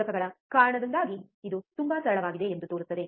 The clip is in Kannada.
ಶೋಧಕಗಳ ಕಾರಣದಿಂದಾಗಿ ಇದು ತುಂಬಾ ಸರಳವಾಗಿದೆ ಎಂದು ತೋರುತ್ತದೆ